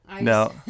No